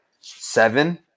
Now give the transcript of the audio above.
seven